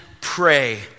pray